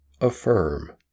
affirm